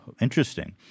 interesting